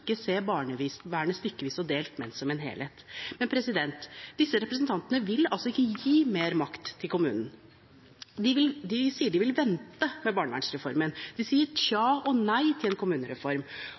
å se barnevernet ikke stykkevis og delt, men som en helhet. Disse representantene vil altså ikke gi mer makt til kommunen. De sier de vil vente med barnevernsreformen, de sier tja